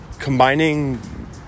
Combining